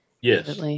Yes